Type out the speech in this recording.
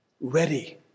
ready